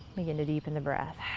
begin to deepen the breath.